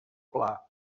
pla